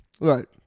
right